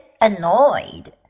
annoyed